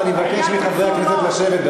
ואני מבקש מחברי הכנסת לשבת.